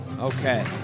Okay